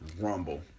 Rumble